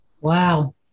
Wow